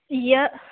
यत्